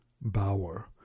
bower